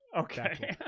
okay